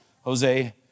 Jose